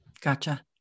Gotcha